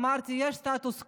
אמרתי: יש סטטוס קוו.